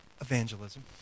Evangelism